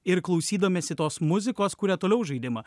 ir klausydamiesi tos muzikos kuria toliau žaidimą